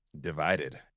divided